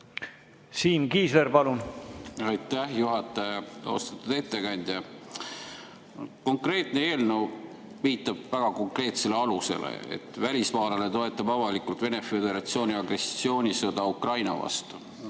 Siim Kiisler, palun! Aitäh, juhataja! Austatud ettekandja! Konkreetne eelnõu viitab väga konkreetsele alusele, et välismaalane toetab avalikult Vene Föderatsiooni agressioonisõda Ukraina vastu.